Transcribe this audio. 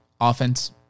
offense